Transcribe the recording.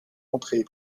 entrée